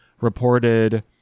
reported